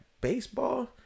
baseball